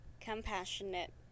compassionate